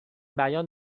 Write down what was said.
بیان